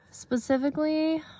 Specifically